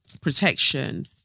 protection